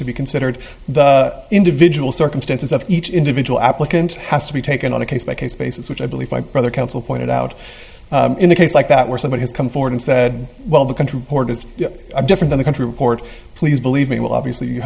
to be considered the individual circumstances of each individual applicant has to be taken on a case by case basis which i believe my brother counsel pointed out in a case like that where somebody has come forward and said well the country court is different in the country report please believe me well obviously you